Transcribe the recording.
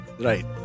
Right